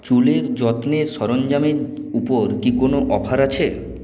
চুলের যত্নের সরঞ্জামের উপর কি কোনও অফার আছে